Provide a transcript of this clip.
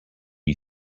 you